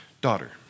daughter